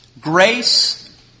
Grace